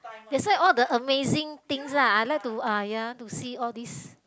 that's why all the amazing things lah I like to uh ya to see all these